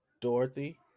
Dorothy